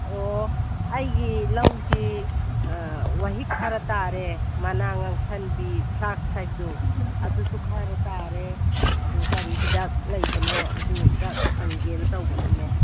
ꯑꯣ ꯑꯩꯒꯤ ꯂꯧꯁꯤ ꯋꯥꯍꯤꯛ ꯈꯔ ꯇꯥꯔꯦ ꯃꯅꯥ ꯉꯥꯡꯁꯟꯕꯤ ꯐ꯭ꯂꯥꯁꯛ ꯍꯥꯏꯕꯗꯨ ꯑꯗꯨꯁꯨ ꯈꯔ ꯇꯥꯔꯦ ꯑꯗꯨ ꯀꯔꯤ ꯍꯤꯗꯥꯛ ꯂꯩꯕꯅꯣ ꯑꯗꯨ ꯑꯝꯇ ꯍꯪꯒꯦꯅ ꯇꯧꯕꯅꯤꯅꯦ